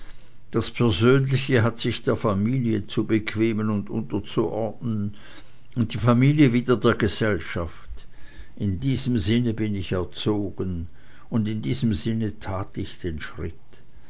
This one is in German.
das persönliche hat sich der familie zu bequemen und unterzuordnen und die familie wieder der gesellschaft in diesem sinne bin ich erzogen und in diesem sinne tat ich den schritt